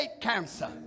cancer